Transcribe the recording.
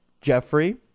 Jeffrey